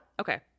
okay